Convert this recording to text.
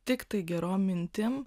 tiktai gerom mintim